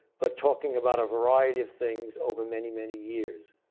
but talking about a variety of things over many, many years.